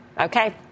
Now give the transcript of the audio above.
Okay